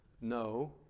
No